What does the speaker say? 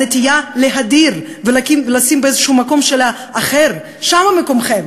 הנטייה להדיר ולשים באיזשהו מקום של "האחר"; שם מקומכם,